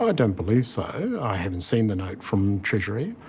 ah don't believe so. i haven't seen the note from treasury.